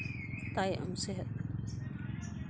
ᱛᱟᱭᱚᱢ ᱥᱮᱫ